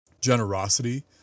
Generosity